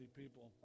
people